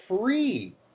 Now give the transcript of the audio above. free